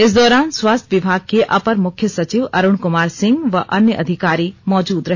इस दौरान स्वास्थ्य विभाग के अपर मुख्य सचिव अरुण कुमार सिंह व अन्य अधिकारी मौजूद रहे